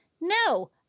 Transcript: No